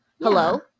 Hello